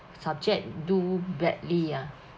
subject do badly ya